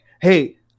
hey